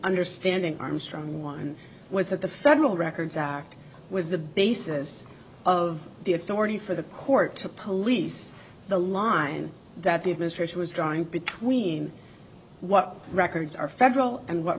understanding armstrong one was that the federal records act was the basis of the authority for the court to police the line that the administration was drawing between what records are federal and what